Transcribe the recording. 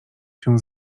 się